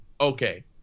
Okay